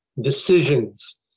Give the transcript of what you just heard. decisions